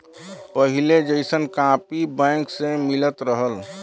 पहिले जइसन copy bank से मिलत रहल